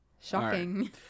shocking